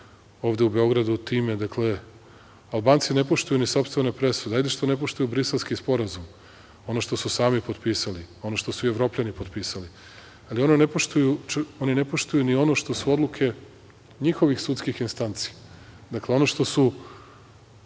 ovde u Beogradu. Dakle, Albanci ne poštuju ni sopstvene presude. Ajde što ne poštuju Briselski sporazum, ono što su sami potpisali, ono što su i Evropljani potpisali, ali oni ne poštuju ni ono što su odluke njihovih sudskih instanci. Dakle, ono što su